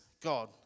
God